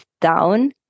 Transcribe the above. down